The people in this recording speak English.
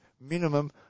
minimum